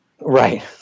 Right